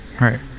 Right